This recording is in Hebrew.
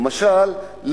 למשל,